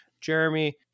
Jeremy